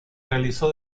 realizó